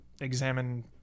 examine